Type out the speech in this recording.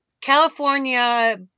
California